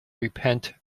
repent